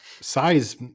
size